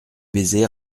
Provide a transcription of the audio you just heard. baisers